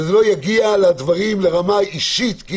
שזה לא יגיע לרמה אישית.